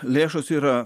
lėšos yra